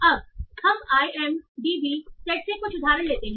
अब हम I M D B data set से कुछ उदाहरण लेते हैं